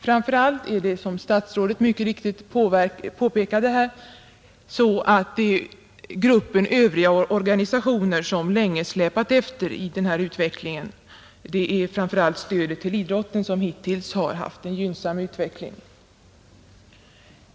Framför allt är det, som statsrådet mycket riktigt påpekade här, gruppen ”övriga organisationer” som länge släpat efter i utvecklingen, medan stödet till idrotten hittills haft en mer gynnsam utveckling.